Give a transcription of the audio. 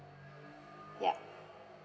yup